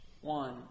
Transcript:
one